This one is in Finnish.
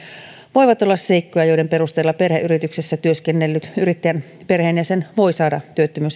voivat olla seikkoja joiden perusteella perheyrityksessä työskennellyt yrittäjän perheenjäsen voi saada työttömyysetuutta